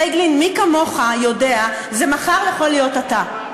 פייגלין, מי כמוך יודע, מחר זה יכול להיות אתה.